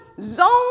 zone